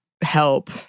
help